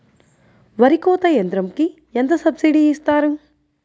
వరి కోత యంత్రంకి ఎంత సబ్సిడీ ఇస్తారు?